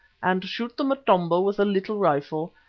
and shoot the motombo with the little rifle,